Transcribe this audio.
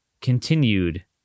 continued